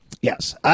Yes